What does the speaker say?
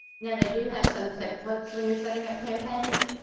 now they do have some templates when your setting up campaigns.